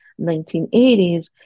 1980s